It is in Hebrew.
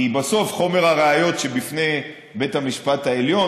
כי בסוף חומר הראיות שבפני בית המשפט העליון